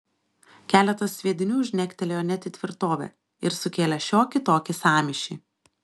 keletas sviedinių žnegtelėjo net į tvirtovę ir sukėlė šiokį tokį sąmyšį